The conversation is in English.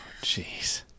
jeez